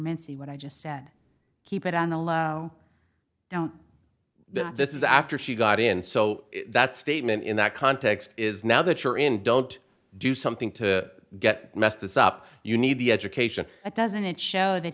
mincy when i just said keep it on allow now that this is after she got in so that statement in that context is now that you're in don't do something to get messed this up you need the education it doesn't it show that